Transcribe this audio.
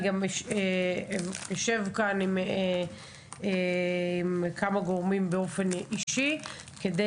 אני גם אשב עם כמה גורמים באופן אישי כדי